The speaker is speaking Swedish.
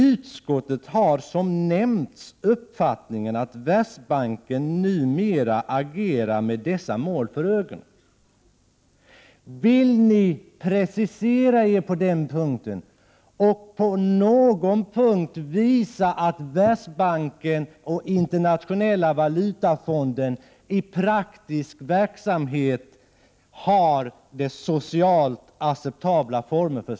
Utskottet har som nämnts uppfattningen att Världsbanken numera agerar med dessa mål för ögonen.” Vill ni precisera er och på någon punkt visa att Världsbanken och 2 Internationella valutafonden i praktiken driver sin verksamhet i socialt acceptabla former?